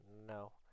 No